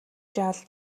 жаал